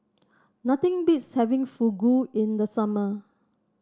nothing beats having Fugu in the summer